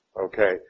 Okay